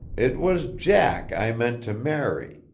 it was jack i meant to marry,